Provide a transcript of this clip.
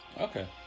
Okay